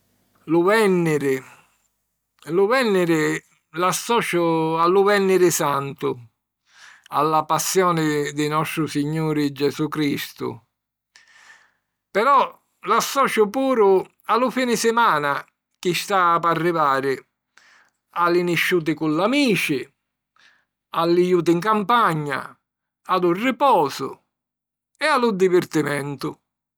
Lu vènniri? Lu vènniri l'associu a lu Vènniri Santu, a la Passioni di Nostru Signuri Gesu Cristu. Però l'associu puru a lu fini simana chi sta p'arrivari, a li nisciuti cu l'amici, a li juti 'n campagna, a lu riposu e a lu divirtimentu.